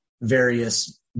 various